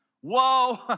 Whoa